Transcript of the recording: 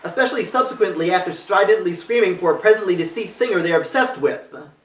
especially subsequently after stridently screaming for a presently deceased singer they're obsessed with.